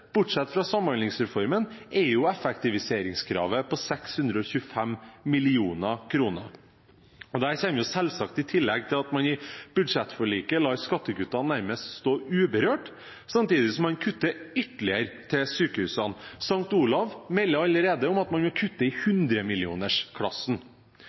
bortsett fra Samhandlingsreformen, er effektiviseringskravet på 625 mill. kr. Det kommer selvsagt i tillegg til at man i budsjettforliket lar skattekuttene nærmest stå uberørt, samtidig som man kutter ytterligere til sykehusene. St. Olavs hosptial melder allerede om at man vil kutte i